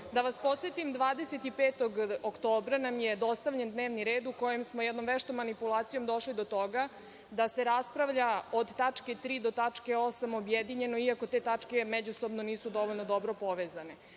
vas podsetim, 25. oktobra nam je dostavljen dnevni red u kojem smo jednom veštom manipulacijom došli do toga da se raspravlja od tačke 3. do tačke 8. objedinjeno, iako te tačke međusobno nisu dovoljno dobro povezane.